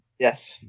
Yes